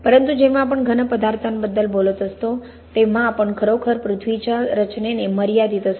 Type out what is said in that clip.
परंतु जेव्हा आपण घन पदार्थांबद्दल बोलत असतो तेव्हा आपण खरोखर पृथ्वीच्या रचनेने मर्यादित असतो